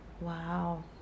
wow